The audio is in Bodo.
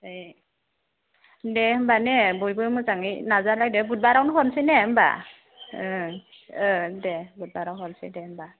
ओमफाय दे होमब्ला ने बयबो मोजाङै नाजालायदो बुधबारावनो हरनोसै ने होमब्ला दे बुधबाराव हरनोसै दे होमब्ला